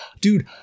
dude